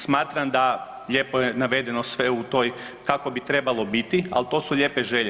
Smatram da lijepo je navedeno sve u toj kako bi trebalo biti, ali to su lijepe želje.